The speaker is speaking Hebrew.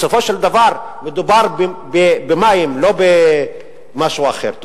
בסופו של דבר מדובר במים, לא במשהו אחר.